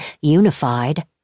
unified